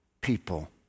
people